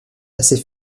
assez